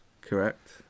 correct